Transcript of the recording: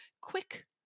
quick